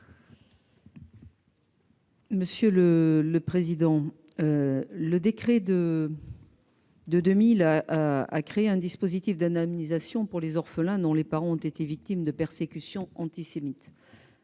Gouvernement ? Le décret de 2000 a créé un dispositif d'indemnisation pour les orphelins dont les parents ont été victimes de persécutions antisémites.